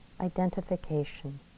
identification